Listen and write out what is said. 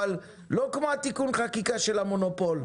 אבל לא כמו תיקון החקיקה של המונופול,